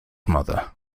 mother